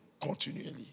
continually